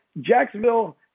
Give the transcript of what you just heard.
Jacksonville